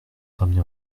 ramené